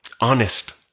Honest